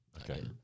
okay